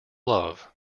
love